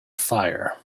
fire